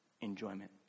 enjoyment